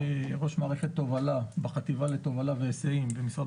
אני ראש מערכת תובלה בחטיבה לתובלה והיסעים במשרד